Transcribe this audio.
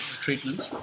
treatment